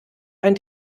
ein